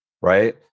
right